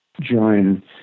join